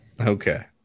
okay